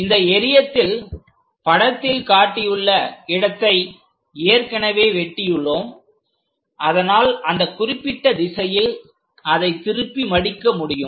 இந்த எறியத்தில் படத்தில் காட்டியுள்ள இடத்தை ஏற்கனவே வெட்டி உள்ளோம் அதனால் அந்த குறிப்பிட்ட திசையில் அதை திருப்பி மடிக்க முடியும்